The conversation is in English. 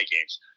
games